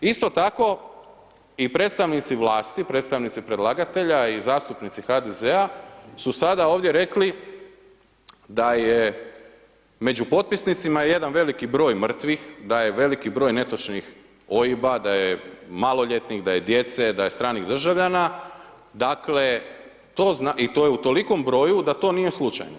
Isto tako i predstavnici vlasti, predstavnici predlagatelja i zastupnici HDZ-a su sada ovdje rekli da je među potpisnicima jedan veliki broj mrtvih, da je veliki broj netočnih OIB-a, da je maloljetnih, da je djece, da je stranih državljana, dakle to i to je u tolikom broju da to nije slučajno.